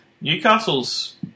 Newcastle's